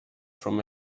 from